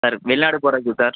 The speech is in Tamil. சார் வெளிநாடு போகிறதுக்கு சார்